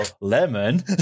Lemon